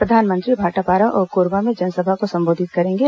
प्रधानमंत्री भाटापारा और कोरबा में जनसभा को संबोधित करेंगे